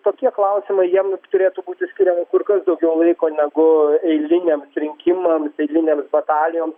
tokie klausimai jiem nu turėtų būti skiriama kur kas daugiau laiko negu eiliniams rinkimams eilinėms batalijoms